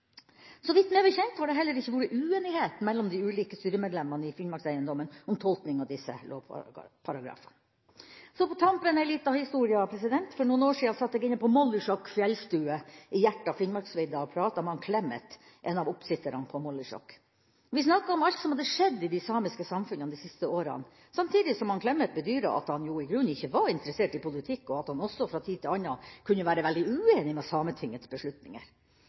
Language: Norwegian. Så vidt jeg vet, har det heller ikke vært uenighet mellom de ulike styremedlemmene i Finnmarkseiendommen om tolkninga av disse lovparagrafene. Så en liten historie på tampen: For noen år siden satt jeg inne på Mollisjok fjellstue, i hjertet av Finnmarksvidda, og pratet med Klemet, en av oppsitterne på Mollisjok. Vi snakket om alt som hadde skjedd i de samiske samfunnene de siste årene, samtidig som Klemet bedyret at han jo i grunnen ikke var interessert i politikk, og at han også fra tid til annen kunne være veldig uenig i Sametingets beslutninger.